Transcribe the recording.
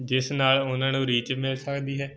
ਜਿਸ ਨਾਲ ਉਹਨਾਂ ਨੂੰ ਰੀਚ ਮਿਲ ਸਕਦੀ ਹੈ